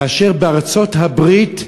כאשר בארצות-הברית,